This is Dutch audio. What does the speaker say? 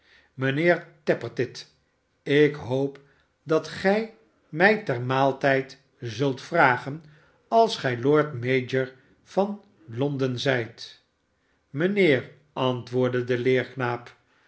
mijnheer tappertit ik hoop dat gij mij ter maaltijd zult vragen als gij lord mayor van londen zijt mijnheer antwoordde de